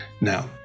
Now